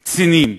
קצינים,